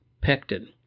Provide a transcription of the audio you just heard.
Pectin